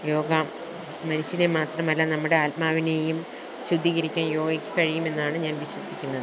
യോഗ മനുഷ്യനെ മാത്രമല്ല നമ്മുടെ ആത്മാവിനേയും ശുദ്ധീകരിക്കാന് യോഗയ്ക്ക് കഴിയുമെന്നാണ് ഞാന് വിശ്വസിക്കുന്ന